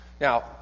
Now